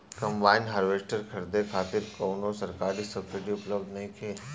Combine harvester खरीदे खातिर कउनो सरकारी सब्सीडी उपलब्ध नइखे?